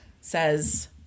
says